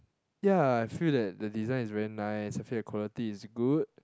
ya I feel that the design is very nice I feel that quality is good